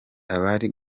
bari